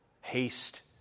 haste